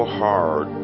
hard